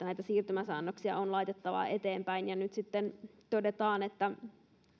näitä siirtymäsäännöksiä on laitettava eteenpäin ja nyt sitten todetaan että